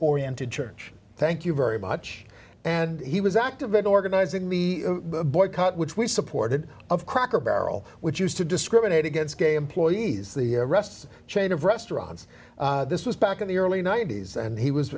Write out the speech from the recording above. oriented church thank you very much and he was active in organizing the boycott which we supported of cracker barrel which used to discriminate against gay employees the rest chain of restaurants this was back in the early ninety's and he was